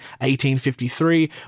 1853